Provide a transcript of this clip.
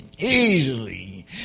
Easily